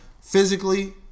physically